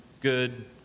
good